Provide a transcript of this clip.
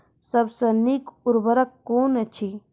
सबसे नीक उर्वरक कून अछि?